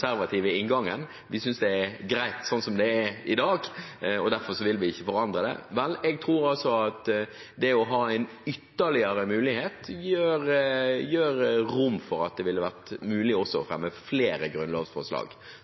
konservative inngangen: Vi synes det er greit slik som det er i dag, derfor vil vi ikke forandre det. Jeg tror at det å ha en ytterligere mulighet gir rom for at det ville være mulig å fremme flere grunnlovsforslag.